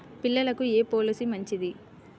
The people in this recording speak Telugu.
పిల్లలకు ఏ పొలసీ మంచిది?